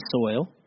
soil